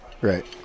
Right